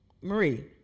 Marie